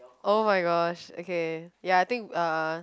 oh-my-gosh okay ya I think uh